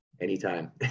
Anytime